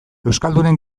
euskaldunen